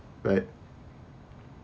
but